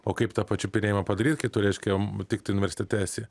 o kaip tą pačiupinėjimą padaryt kai tu reiškia tiktai universitete te esi